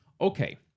Okay